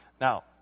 Now